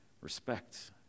Respect